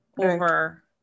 over